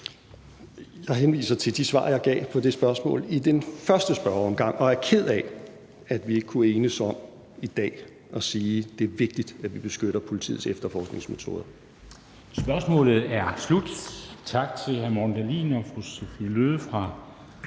Jeg henviser til de svar, jeg gav på det spørgsmål i den første spørgeomgang, og er ked af, at vi ikke kunne enes om i dag at sige, at det er vigtigt, at vi beskytter politiets efterforskningsmetoder.